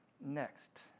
Next